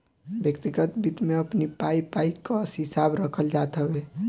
व्यक्तिगत वित्त में अपनी पाई पाई कअ हिसाब रखल जात हवे